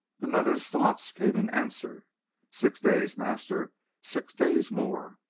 another's thoughts came in answer six days, master six days more.